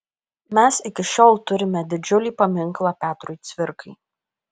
mes iki šiol turime didžiulį paminklą petrui cvirkai